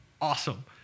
awesome